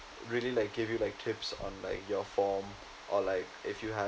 really like give you like tips on like your form or like if you have